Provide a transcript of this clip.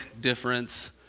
difference